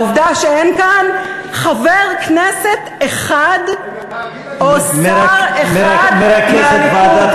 העובדה שאין כאן חבר כנסת אחד או שר אחד מהליכוד.